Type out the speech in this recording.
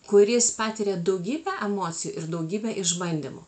kuris patiria daugybę emocijų ir daugybę išbandymų